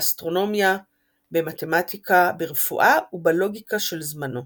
באסטרונומיה, במתמטיקה, ברפואה ובלוגיקה של זמנו.